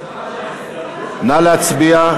נא להצביע.